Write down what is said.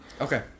Okay